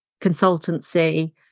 consultancy